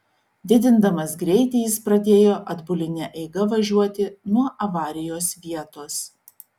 didindamas greitį jis pradėjo atbuline eiga važiuoti nuo avarijos vietos